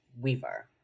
Weaver